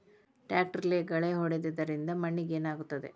ಟ್ರಾಕ್ಟರ್ಲೆ ಗಳೆ ಹೊಡೆದಿದ್ದರಿಂದ ಮಣ್ಣಿಗೆ ಏನಾಗುತ್ತದೆ?